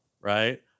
right